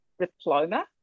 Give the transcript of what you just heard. diploma